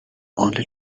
only